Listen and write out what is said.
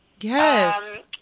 yes